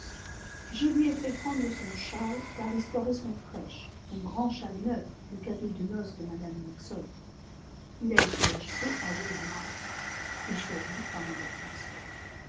je lui ai fait prendre son châle car les soirées sont fraîches son grand châle neuf le cadeau de noce de mme dixon il a été acheté à weymouth et choisi par mme dixon